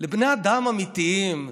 לבני אדם אמיתיים?